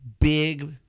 big